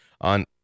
on